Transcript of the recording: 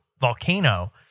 volcano